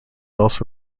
also